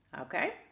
Okay